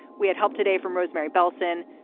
we had help today from rosemarie bellson.